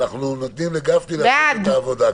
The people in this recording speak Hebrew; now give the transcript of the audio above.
אנחנו נותנים לגפני לעשות את העבודה,